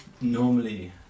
normally